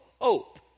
hope